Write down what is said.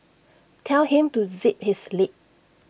tell him to zip his lip